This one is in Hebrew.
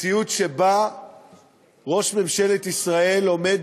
חזרנו למראות שחשבנו שלא נראה יותר.